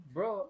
Bro